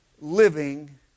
living